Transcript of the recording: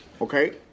Okay